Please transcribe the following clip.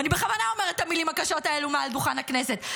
ואני בכוונה אומרת את המילים הקשות האלו מעל דוכן הכנסת,